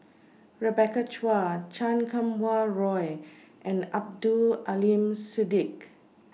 Rebecca Chua Chan Kum Wah Roy and Abdul Aleem Siddique